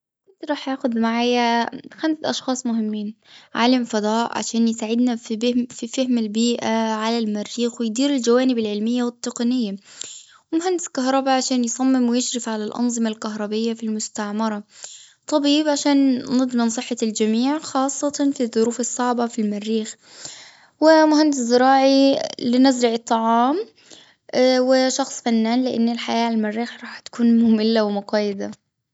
كنت راح أخذ معايا خمس أشخاص مهمين. عالم فضاء عشان يساعدنا في-في فهم البيئة على المريخ ويديروا الجوانب العلمية والتقنية. مهندس كهرباء عشان يصمم ويشرف على الأنظمة الكهربية في المستعمرة. فبيجيب عشان ننظم صحة الجميع خاصة في الظروف الصعبة المريخ. ومهندس زراعي لنزرع الطعام. اه وشخص فنان لأن الحياة على المريخ راح تكون مملة ومقيدة.